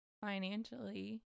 financially